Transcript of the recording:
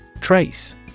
Trace